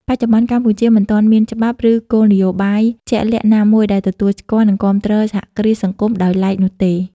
បច្ចុប្បន្ន កម្ពុជានៅមិនទាន់មានច្បាប់ ឬគោលនយោបាយជាក់លាក់ណាមួយដែលទទួលស្គាល់ និងគាំទ្រសហគ្រាសសង្គមដោយឡែកនោះទេ ។